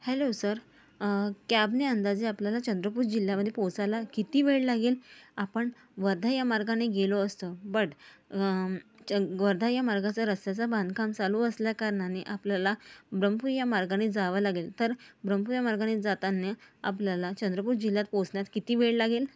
hello sir कॅबने अंदाजे आपल्याला चंद्रपूर जिल्ह्यामधे पोचायला किती वेळ लागेल आपण वर्धा या मार्गाने गेलो असतो बट च वर्धा या मार्गाचा रस्त्याचा बांधकाम चालू असल्या कारणाने आपल्याला ब्रमपुरी या मार्गाने जावं लागेल तर ब्रमपुरी या मार्गाने जाताने आपल्याला चंद्रपूर जिल्ह्यात पोचण्यास किती वेळ लागेल